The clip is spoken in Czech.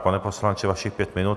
Pane poslanče, vašich pět minut.